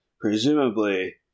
presumably